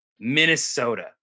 Minnesota